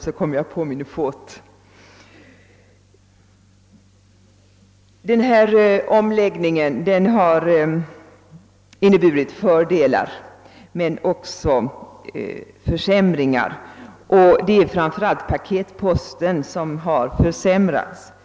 Omläggningen av postverkets transportorganisation har inneburit fördelar men också nackdelar. Det är framför allt paketposten som har fått vidkännas förseningar —